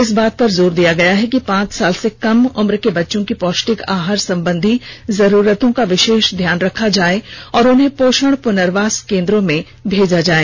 इस बात पर जोर दिया गया कि पांच साल से कम उम्र के बच्चों की पौष्टिक आहार संबंधी जरूरतों का ध्यान रखा जाए और उन्हें पोषण पुनर्वास केन्द्रों में भेजा जाए